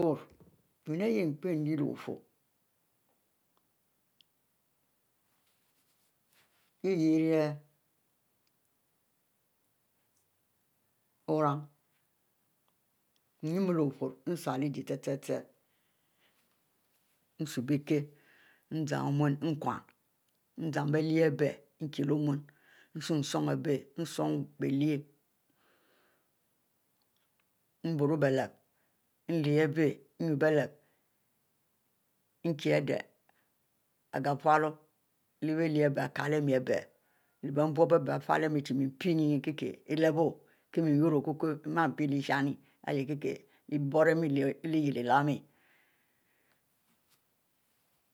Enin arieh npie lyieh leh-wufurro, nlyiel buran, nsuieh biekieh izam omu eh nkinn izam bie|eh abie nkieh leh omu, nsumu, abie nbro bielep, ennu bielep nkie Adeh ighiefielo leh-bie ari kieleh beylieh leh-bie nbubieh abie ikiele ma abieh mie npie enne ahieh, owu-wu leh okuku heh wuieh kielehmi, kieh mie yurro leh okukwu mpie leh ishie nne, kie kieh iboieh miel leh-k=lyieh ileh mieh